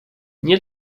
nie